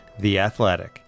theathletic